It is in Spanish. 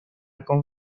con